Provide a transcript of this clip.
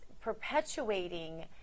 perpetuating